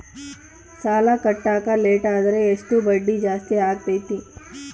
ಸಾಲ ಕಟ್ಟಾಕ ಲೇಟಾದರೆ ಎಷ್ಟು ಬಡ್ಡಿ ಜಾಸ್ತಿ ಆಗ್ತೈತಿ?